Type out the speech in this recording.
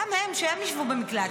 גם הם, שהם ישבו במקלט.